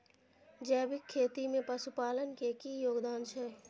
जैविक खेती में पशुपालन के की योगदान छै?